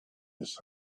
his